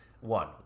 one